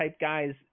guys